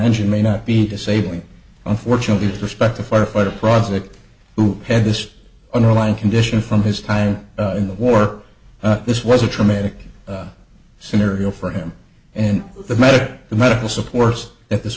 engine may not be disabling unfortunately suspect a firefighter project who had this underlying condition from his time in the war this was a traumatic scenario for him and the medic the medical supports that this